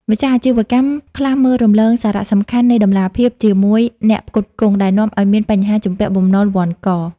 ម្ចាស់អាជីវកម្មខ្លះមើលរំលងសារៈសំខាន់នៃ "តម្លាភាពជាមួយអ្នកផ្គត់ផ្គង់" ដែលនាំឱ្យមានបញ្ហាជំពាក់បំណុលវណ្ឌក។